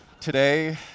today